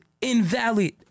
invalid